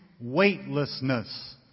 weightlessness